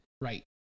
right